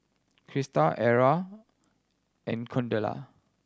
Crysta Ara and Cordella